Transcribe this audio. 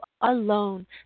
alone